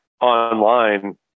online